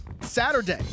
Saturday